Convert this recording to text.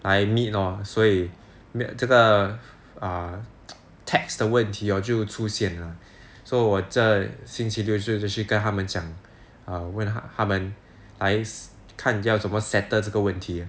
来 meet lor 所以这个 err tax 的问题 hor 就出现了 so 我在星期六就去跟他们讲问他们来看要怎么 settle 这个问题